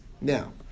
Now